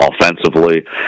offensively